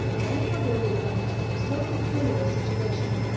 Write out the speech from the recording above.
why forego the advantages of so peculiar a situation.